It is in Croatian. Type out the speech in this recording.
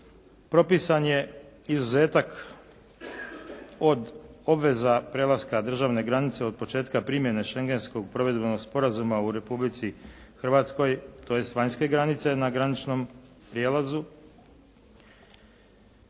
Propisan je izuzetak od obveza prelaska državne granice od početka primjene Schengenskog provedbenog sporazuma u Republici hrvatskoj, tj. vanjske granice na graničnom prijelazu